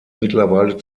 mittlerweile